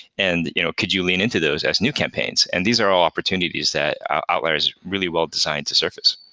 and you know could you lean into those as new campaigns? and these are all opportunities that outlier is really well designed to surface.